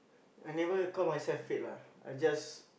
I never call myself fit lah I just